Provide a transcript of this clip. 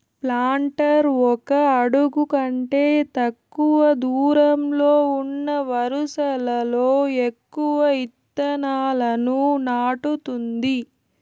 planter ఒక అడుగు కంటే తక్కువ దూరంలో ఉన్న వరుసలలో ఎక్కువ ఇత్తనాలను నాటుతుంది